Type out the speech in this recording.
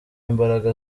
imbaraga